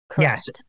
Yes